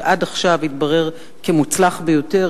שעד עכשיו התברר כמוצלח ביותר,